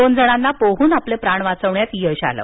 दोन जणांना पोहून आपले प्रावाचवण्यात यश आलं